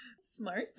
smart